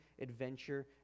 adventure